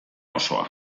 osoa